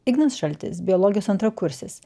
ignas šaltis biologijos antrakursis